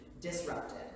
disrupted